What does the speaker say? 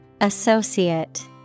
associate